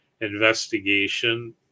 investigation